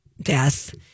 death